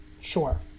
Sure